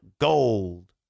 gold